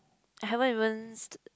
haven't even st~